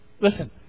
listen